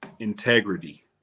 integrity